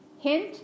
Hint